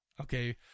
Okay